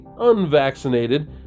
unvaccinated